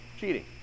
Cheating